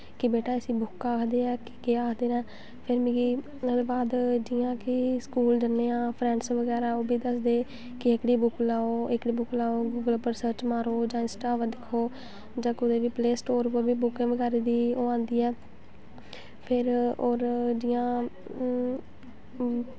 कि बेटा इसी बुक्क आखदे न कि केह् आखदे न फिर ओह्दै बाद मिगी जि'यां कि स्कूल जन्ने आं फ्रैंडस बगैरा ओह् बी दसदे हे कि एह्कड़ी बुक्क लैओ एह्कड़ी बुक्क लैओ गुगल पर सर्च मारो जां इंस्टा पर दिक्खो जां कुदै बी प्लेस्टोर पर बी बुक्कें दी ओह् आंदी ऐ फिर होर जि'यां